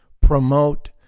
promote